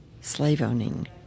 slave-owning